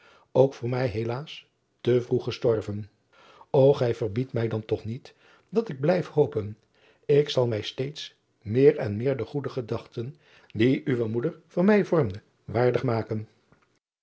ook voor mij helaas te vroeg gestorven o ij verbiedt mij dan toch niet dat ik blijf hopen k zal mij steeds meer en meer de goede gedachten die uwe moeder van mij vormde waardig maken